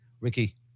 Ricky